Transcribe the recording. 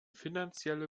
finanzielle